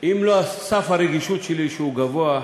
אם לא סף הרגישות שלי, שהוא גבוה,